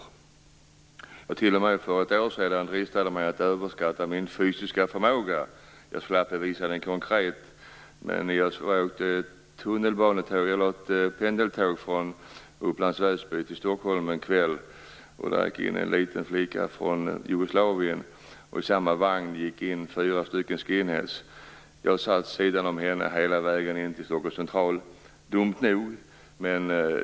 Jag dristade mig t.o.m. en kväll för ett år sedan att överskatta min fysiska förmåga, på ett pendeltåg från Upplands Väsby till Stockholm. En liten flicka från Jugoslavien steg på vagnen, och det gjorde även fyra skinheads. Jag var dum nog att sitta vid sidan av henne hela vägen in till Stockholms central.